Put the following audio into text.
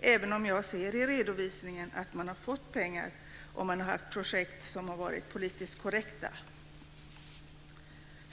även om jag ser i redovisningen att man har fått pengar om man har haft projekt som har varit politiskt korrekta.